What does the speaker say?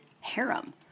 harem